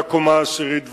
מהקומה העשירית ומעלה.